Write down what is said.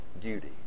duty